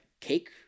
cake